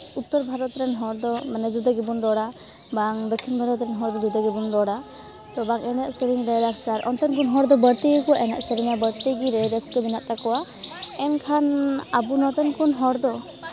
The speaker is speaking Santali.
ᱩᱛᱛᱚᱨ ᱵᱷᱟᱨᱚᱛ ᱨᱮᱱ ᱦᱚᱲ ᱫᱚ ᱡᱩᱫᱟᱹ ᱜᱮᱵᱚᱱ ᱨᱚᱲᱟ ᱵᱟᱝ ᱫᱚᱠᱠᱷᱤᱱ ᱵᱷᱟᱨᱚᱛ ᱨᱮᱱ ᱦᱚᱲ ᱫᱚ ᱡᱩᱫᱟᱹ ᱜᱮᱵᱚᱱ ᱨᱚᱲᱟ ᱛᱚ ᱵᱟᱝ ᱮᱱᱮᱡᱼᱥᱮᱨᱮᱧ ᱨᱮᱭᱟᱜ ᱞᱟᱠᱪᱟᱨ ᱚᱱᱛᱮᱱ ᱠᱚ ᱦᱚᱲ ᱫᱚ ᱵᱟᱹᱲᱛᱤ ᱜᱮᱠᱚ ᱮᱱᱮᱡ ᱥᱮᱨᱮᱧᱟ ᱵᱟᱹᱲᱛᱤ ᱜᱮ ᱨᱟᱹᱭ ᱨᱟᱹᱥᱠᱟᱹ ᱢᱮᱱᱟᱜ ᱛᱟᱠᱚᱣᱟ ᱮᱱᱠᱷᱟᱱ ᱟᱵᱚ ᱱᱚᱛᱮᱱ ᱠᱚ ᱦᱚᱲ ᱫᱚ